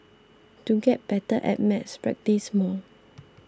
to get better at maths practise more